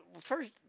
First